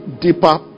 deeper